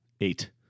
Eight